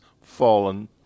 fallen